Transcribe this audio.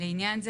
לעניין זה,